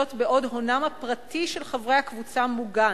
זאת, בעוד הונם הפרטי של חברי הקבוצה מוגן,